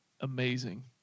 amazing